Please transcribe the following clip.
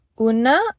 una